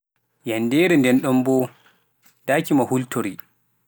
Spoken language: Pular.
Yanndeere ndenɗon boo, ndaaki mo hultori.